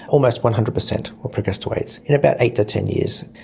almost one hundred percent will progress to aids in about eight to ten years.